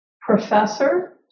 professor